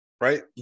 Right